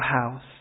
house